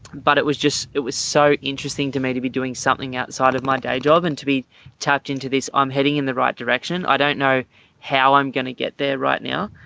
but it was just. it was so interesting to me to be doing something outside of my day job and to be tapped into this. i'm heading in the right direction. i don't know how i'm going to get there right now,